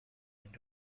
and